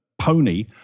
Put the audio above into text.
pony